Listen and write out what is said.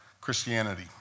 Christianity